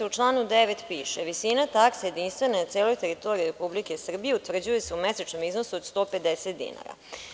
U članu 9. piše - Visina takse jedinstvena na celoj teritoriji Republike Srbije, utvrđuje se u mesečnom iznosu od 150 dinara.